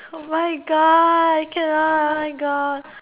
oh my god I cannot oh my god